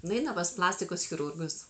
nueina pas plastikos chirurgus